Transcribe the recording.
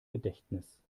gedächtnis